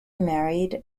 married